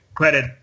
credit